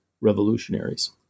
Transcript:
revolutionaries